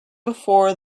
before